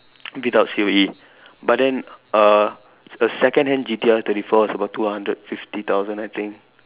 without C_O_E but then uh a second hand G_T_R thirty four is about two hundred fifty thousand I think